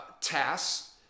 tasks